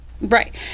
right